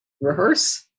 rehearse